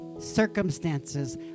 circumstances